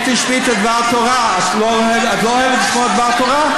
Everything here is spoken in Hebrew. אם תשמעי את הדבר-תורה את לא אוהבת לשמוע דבר תורה?